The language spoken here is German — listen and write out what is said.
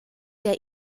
der